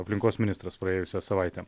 aplinkos ministras praėjusią savaitę